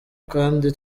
kandi